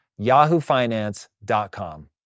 yahoofinance.com